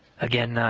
again,